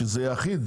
שזה יהיה אחיד?